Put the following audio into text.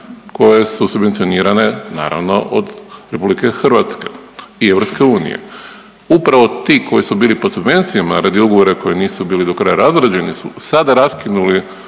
koje su subvencionirane naravno od Republike Hrvatske i EU. Upravo ti koji su bili pod subvencijama radi ugovora koji nisu bili do kraja razrađeni su sada raskinuli